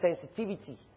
sensitivity